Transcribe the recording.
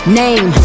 name